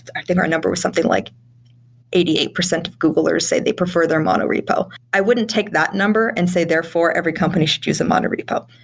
i think our number was something like eighty eight percent of googlers say they prefer their mono repo. i wouldn't take that number and say, therefore, every company should use a mono repo.